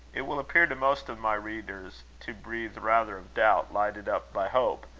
it will appear to most of my readers to breathe rather of doubt lighted up by hope,